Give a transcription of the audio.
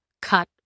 cut